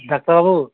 ডাক্তারবাবু